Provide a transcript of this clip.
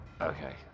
Okay